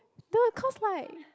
no cause like